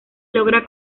logra